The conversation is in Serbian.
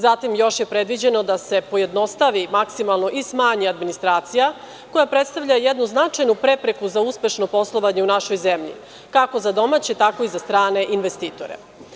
Zatim, još je predviđeno da se pojednostavi maksimalno i smanji administracija, koja predstavlja jednu značajnu prepreku za uspešno poslovanje u našoj zemlji, kako za domaće, tako i za strane investitore.